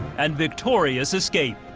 and victorious escape.